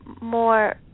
more